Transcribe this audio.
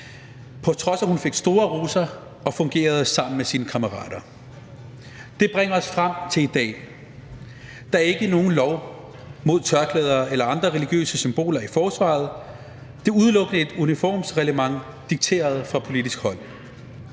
på trods af at hun fik store roser og fungerede sammen med sine kammerater. Det bringer os frem til i dag. Der er ikke nogen lov mod tørklæder eller andre religiøse symboler i forsvaret. Der er udelukkende tale om et uniformsreglement dikteret fra politisk hold.